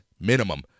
minimum